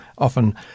Often